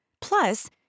Plus